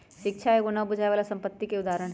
शिक्षा एगो न बुझाय बला संपत्ति के उदाहरण हई